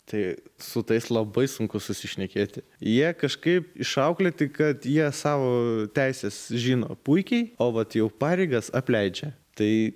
tai su tais labai sunku susišnekėti jie kažkaip išauklėti kad jie savo teises žino puikiai o vat jau pareigas apleidžia tai